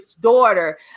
daughter